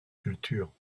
culture